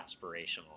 aspirational